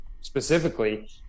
specifically